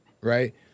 right